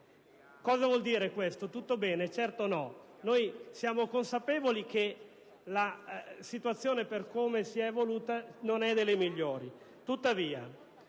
Cosa vuol dire tutto questo? Tutto bene? Certo che no. Noi siamo consapevoli che la situazione, per come si è evoluta, non è delle migliori.